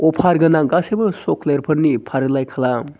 अफार गोनां गासैबो सक्लेतफोरनि फारिलाइ खालाम